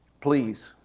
please